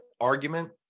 argument